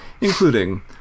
including